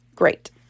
great